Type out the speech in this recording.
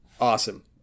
awesome